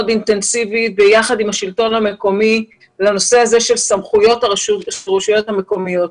אינטנסיבית ביחד עם השלטון המקומי לנושא הזה של סמכויות הרשויות המקומיות.